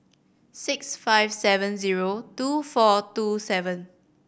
six five seven zero two four two seven